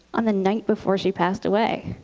on the night before she'd passed away.